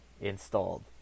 installed